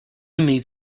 need